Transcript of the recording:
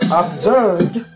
observed